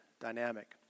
dynamic